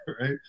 Right